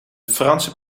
franse